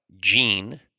Gene